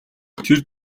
тэр